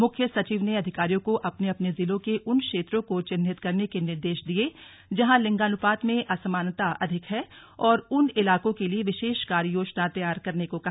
मुख्य सचिव ने अधिकारियों को अपने अपने जिलों के उन क्षेत्रों को चिह्नित करने के निर्देश दिये जहां लिंगानुपात में असामनता अधिक है और उन इलाकों के लिए विशेष कार्य योजना तैयार करने को कहा